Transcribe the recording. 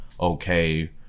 okay